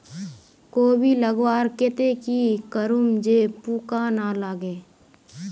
कोबी लगवार केते की करूम जे पूका ना लागे?